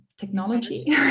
technology